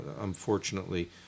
unfortunately